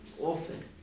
often